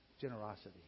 generosity